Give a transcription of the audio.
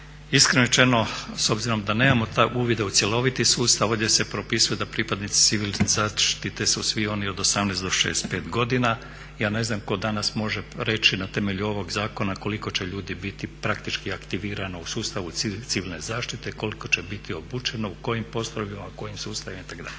iskreno rečeno s obzirom da nemamo uvide u cjeloviti sustav ovdje se propisuje da pripadnici civilne zaštite su svi oni od 18 do 65 godina. Ja ne znam tko danas može reći na temelju ovog zakona koliko će ljudi biti praktički aktivirano u sustavu civilne zaštite, koliko će biti obučeno, u kojim postrojbama, u kojim sustavima itd.